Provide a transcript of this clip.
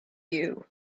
you